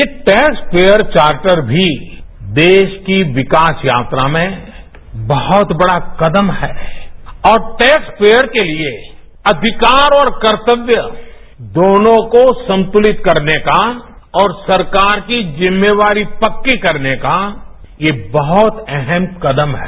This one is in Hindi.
ये टैक्स पेयर चार्टर भी देश की विकास यात्रा में बहुत बड़ा कदम है और टैक्स पेयर के लिए अधिकार और कर्तव्य दोनों को संतुलित करने का और सरकार की जिम्मेवारीपक्की करने का ये बहुत अहम कदम है